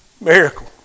Miracle